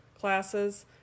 classes